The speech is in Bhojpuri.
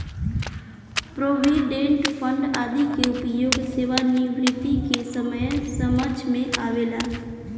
प्रोविडेंट फंड आदि के उपयोग सेवानिवृत्ति के समय समझ में आवेला